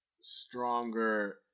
stronger